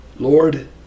Lord